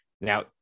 now